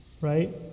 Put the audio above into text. right